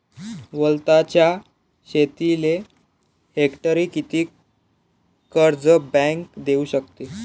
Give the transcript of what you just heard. वलताच्या शेतीले हेक्टरी किती कर्ज बँक देऊ शकते?